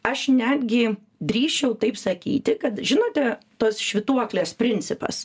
aš netgi drįsčiau taip sakyti kad žinote tos švytuoklės principas